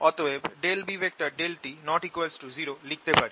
অতএব B∂t ≠0 লিখতে পারি